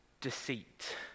deceit